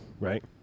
Right